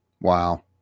Wow